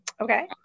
okay